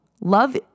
love